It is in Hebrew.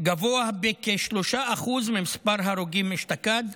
גבוה בכ-3% ממספר ההרוגים אשתקד,